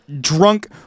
drunk